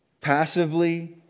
Passively